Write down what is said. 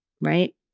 right